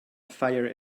fire